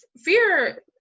fear